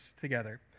together